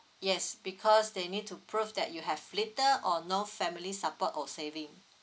yes because they need to prove that you have little or no family support or saving